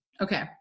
Okay